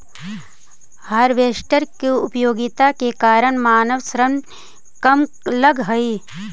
harvester के उपयोगिता के कारण मानव श्रम कम लगऽ हई